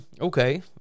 okay